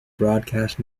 broadcast